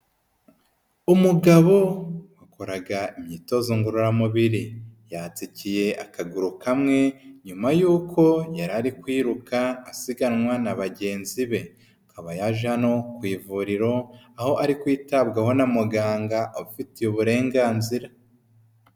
Umugabo wakoraga imyitozo ngororamubiri, yatsikiye akaguru kamwe, nyuma y'uko yari ari kwiruka asiganwa na bagenzi be, akaba yaje hano ku ivuriro, aho ari kwitabwaho na muganga ubifitiye uburenganzira.